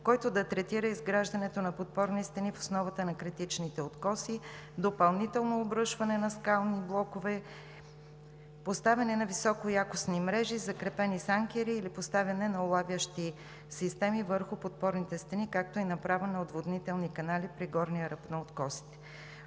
който да третира изграждането на подпорни стени в основата на критичните откоси, допълнително обрушване на скални блокове, поставяне на високоякостни мрежи, закрепени с анкери или поставяне на улавящи системи върху подпорните стени, както и направа на отводнителни канали при горния ръб на откосите.